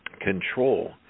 control